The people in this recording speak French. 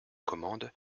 commande